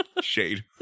Shade